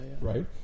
right